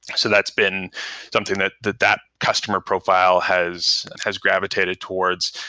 so that's been something that that that customer profile has has gravitated towards.